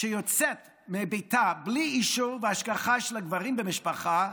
שיוצאת מביתה בלי אישור והשגחה של הגברים במשפחה,